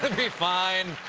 be fine.